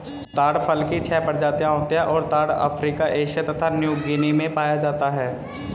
ताड़ फल की छह प्रजातियाँ होती हैं और ताड़ अफ्रीका एशिया तथा न्यूगीनी में पाया जाता है